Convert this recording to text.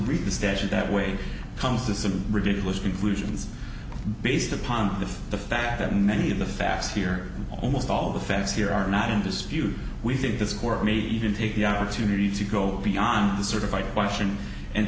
read the statute that way comes to some ridiculous conclusions based upon the fact that many of the facts here almost all the facts here are not in dispute we think the squirmy even take the opportunity to go beyond the certified question and